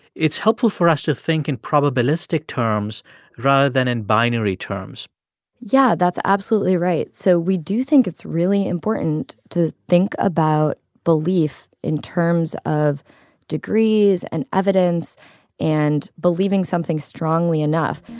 it's helpful for us to think in probabilistic terms rather than in binary terms yeah, that's absolutely right. so we do think it's really important to think about belief in terms of degrees and evidence and believing something strongly enough.